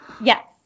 Yes